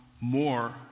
more